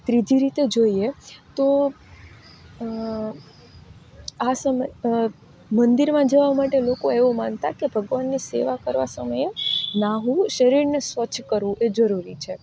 ત્રીજી રીતે જોઈએ તો આ સમયે મંદિરમાં જવા માટે લોકો એવું માનતા કે ભગવાનની સેવા કરવા સમયે નહાવું શરીરને સ્વચ્છ કરો તે જરૂરી છે